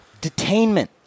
Detainment